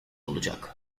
olacak